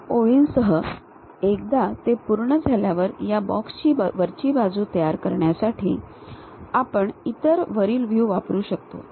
या ओळींसह एकदा ते पूर्ण झाल्यावर या बॉक्सची वरची बाजू तयार करण्यासाठी आपण इतर वरील व्ह्यू वापरू शकतो